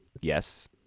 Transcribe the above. Yes